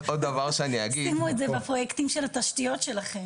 שימו את זה בפרויקטים של התשתיות שלכם.